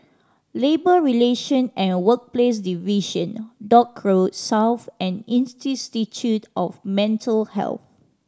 Labour Relation And Workplace Division Dock Road South and Institute of Mental Health